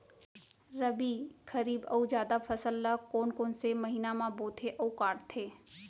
रबि, खरीफ अऊ जादा फसल ल कोन कोन से महीना म बोथे अऊ काटते?